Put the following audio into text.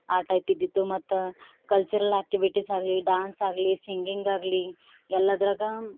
ಆ ಟೈಪಿದ್ದಿತ್ತು ಮತ್ತು ಕಲ್ಚರಲ್ ಆ್ಯಕ್ಟಿವಿಟೀಸಾಗಲಿ ಡಾನ್ಸಾಗಲಿ ಸಿಂಗಿಂಗಾಗಲಿ ಎಲ್ಲದ್ರಾಗ